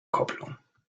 kopplung